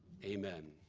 amen.